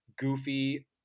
goofy